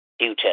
future